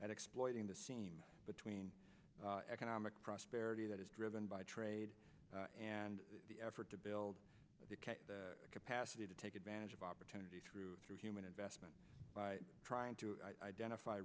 that exploiting the seam between economic prosperity that is driven by trade and the effort to build the capacity to take advantage of opportunity through through human investment by trying to identify